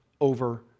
over